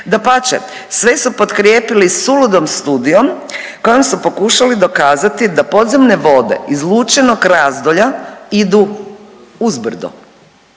Dapače, sve su potkrijepili suludom studijom kojom su pokušali dokazati da podzemne vode iz Lučinog razdolja idu uzbrdo